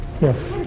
Yes